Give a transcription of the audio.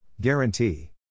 Guarantee